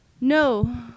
No